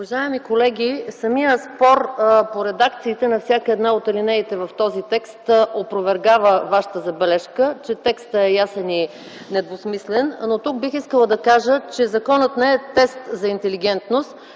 Уважаеми колеги! Самият спор по редакциите на всяка една от алинеите в този текст опровергава вашата забележка, че текстът е ясен и недвусмислен. Тук бих искала да кажа, че законът не е тест за интелигентност.